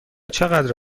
چقدر